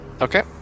Okay